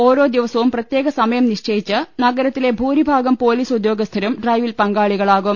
ഓരോ ദിവസവും പ്രത്യേക സമയം നിശ്ചയിച്ച് നഗരത്തിലെ ഭൂരിഭാഗം പൊലിസ് ഉദ്യോഗസ്ഥരും ഡ്രൈവിൽ പങ്കാളികളാകും